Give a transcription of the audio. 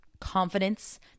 confidence